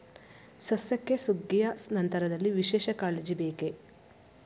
ಸಸ್ಯಕ್ಕೆ ಸುಗ್ಗಿಯ ನಂತರದಲ್ಲಿ ವಿಶೇಷ ಕಾಳಜಿ ಬೇಕೇ?